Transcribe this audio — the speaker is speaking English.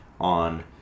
on